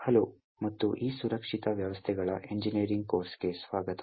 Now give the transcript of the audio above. hello ಮತ್ತು ಈ ಸುರಕ್ಷಿತ ವ್ಯವಸ್ಥೆಗಳ ಎಂಜಿನಿಯರಿಂಗ್ ಕೋರ್ಸ್ಗೆ ಸ್ವಾಗತ